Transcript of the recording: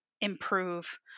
improve